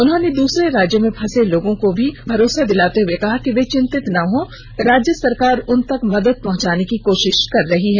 उन्होंने दूसरे राज्यों में फंसे लोगों से को भरोसा दिलाते हुए कहा कि वे चिंतित न हो राज्य सरकार उन तक मदद पहंचाने की कोशिश कर रही है